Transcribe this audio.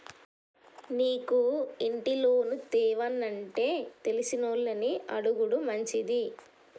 నీకు ఇంటి లోను తేవానంటే తెలిసినోళ్లని అడుగుడు మంచిది